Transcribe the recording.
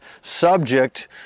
subject